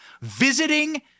visiting